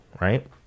right